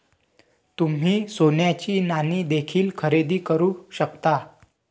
तुम्ही सोन्याची नाणी देखील खरेदी करू शकता